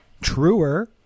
truer